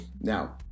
now